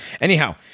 Anyhow